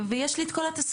ויש לי את כל התסמינים,